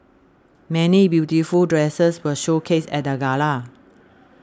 many beautiful dresses were showcased at the gala